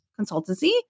consultancy